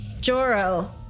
Joro